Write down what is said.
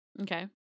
Okay